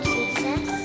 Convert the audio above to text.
Jesus